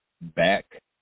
back